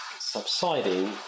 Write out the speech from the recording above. subsiding